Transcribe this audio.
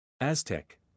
Aztec